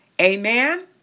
Amen